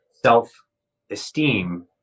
Self-esteem